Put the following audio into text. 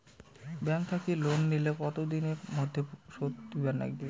Bank থাকি loan নিলে কতো দিনের মধ্যে শোধ দিবার নাগিবে?